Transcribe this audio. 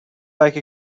like